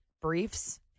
briefs